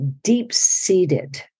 deep-seated